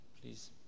please